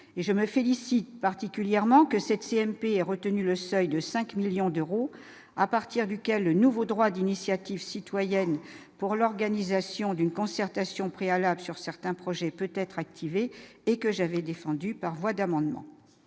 je me félicite particulièrement que cette CMP et retenu le seuil de 5 millions d'euros à partir duquel le nouveau droit d'initiative citoyenne pour l'organisation d'une concertation préalable sur certains projets peut-être activé et que j'avais défendue par voie d'amendement